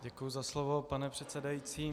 Děkuji za slovo, pane předsedající.